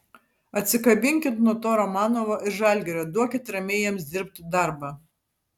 atsikabinkit nuo to romanovo ir žalgirio duokit ramiai jiems dirbt darbą